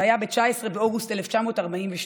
זה היה ב-19 באוגוסט 1942,